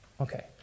Okay